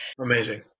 Amazing